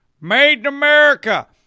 made-in-America